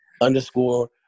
Underscore